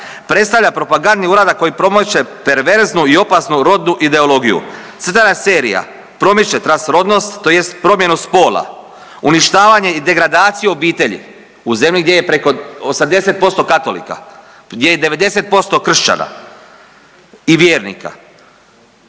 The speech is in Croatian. predstavlja propagandni uradak koji promiče perverznu i opasnu rodnu ideologiju. Crtana serija promiče transrodnost tj. promjenu spola, uništavanje i degradaciju obitelji u zemlji gdje je preko 80% katolika, gdje je 90% kršćana i vjernika.